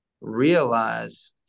realize